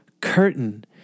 curtain